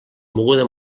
moguda